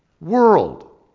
world